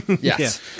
Yes